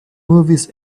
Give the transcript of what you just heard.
movies